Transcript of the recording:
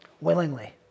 willingly